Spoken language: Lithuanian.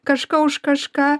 kažką už kažką